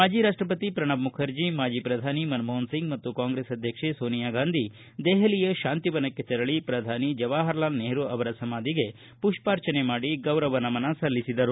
ಮಾಜಿ ರಾಷ್ಟಪತಿ ಪ್ರಣಬ್ ಮುಖರ್ಜಿ ಮಾಜಿ ಪ್ರಧಾನಿ ಮನಮೋಹನ್ ಸಿಂಗ್ ಮತ್ತು ಕಾಂಗ್ರೆಸ್ ಅಧ್ಯಕ್ಷಿ ಸೋನಿಯಾ ಗಾಂಧಿ ದೆಹಲಿಯ ಶಾಂತಿವನಕ್ಕೆ ತೆರಳಿ ಪ್ರಧಾನಿ ಜವಾಹರ್ಲಾಲ್ ನೆಹರೂ ಅವರ ಸಮಾಧಿಗೆ ಪುಷ್ಪಾರ್ಚನೆ ಮಾಡಿ ಗೌರವ ನಮನ ಸಲ್ಲಿಸಿದರು